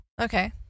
Okay